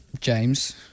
James